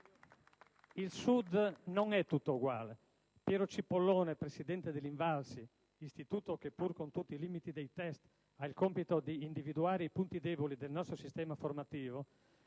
Il Sud non è tutto uguale. Piero Cipollone, presidente dell'INVALSI (Istituto che, pur con tutti i limiti dei *test*, ha il compito di individuare i punti deboli del nostro sistema formativo),